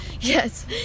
Yes